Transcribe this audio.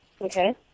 Okay